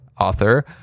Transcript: author